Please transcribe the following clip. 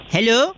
Hello